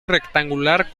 rectangular